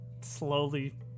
slowly